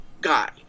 guy